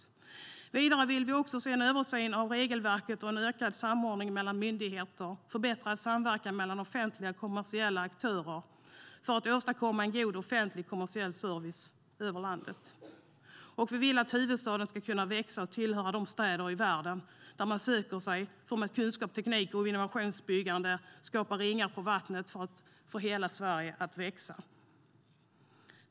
Vidare vill vi se en översyn av regelverket, en ökad samordning mellan myndigheter samt förbättrad samverkan mellan offentliga och kommersiella aktörer för att åstadkomma en god offentlig kommersiell service över landet. Vi vill också att huvudstaden ska kunna växa och tillhöra de städer i världen dit människor söker sig och där kunskap, teknik och innovationsbyggande skapar ringar på vattnet för att få hela Sverige att växa.